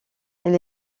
elle